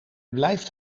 blijft